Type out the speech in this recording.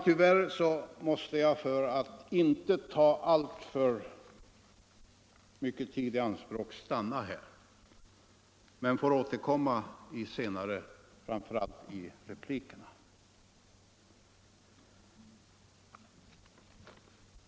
Tyvärr måste jag för att inte ta alltför mycken tid i anspråk stanna här: Jag återkommer senare, framför allt i replikerna.